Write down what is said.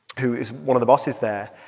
who is one of the bosses there,